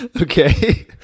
Okay